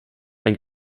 ein